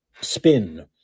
spin